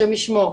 השם ישמור,